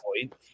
point